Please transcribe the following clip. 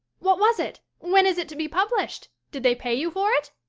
what was it? when is it to be published? did they pay you for it?